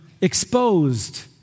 exposed